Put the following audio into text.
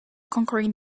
conquering